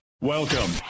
Welcome